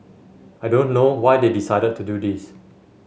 I don't know why they decided to do this